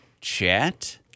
chat